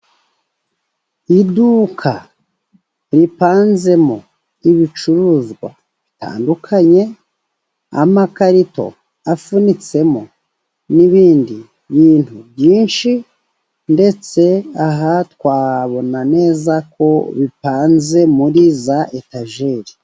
Iduka ripanzemo ibicuruzwa bitandukanye , amakarito afunitsemo n'ibindi bintu byinshi , ndetse aha twabona neza ko bipanze muri za etajeri.